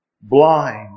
blind